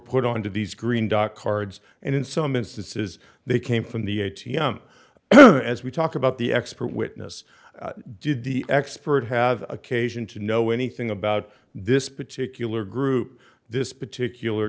put on to these green dot cards and in some instances they came from the a t m as we talked about the expert witness did the expert have occasion to know anything about this particular group this particular